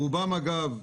רובם אגב,